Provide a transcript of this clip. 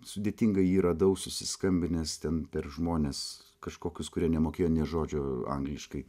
sudėtingai jį radau susiskambinęs ten per žmones kažkokius kurie nemokėjo nė žodžio angliškai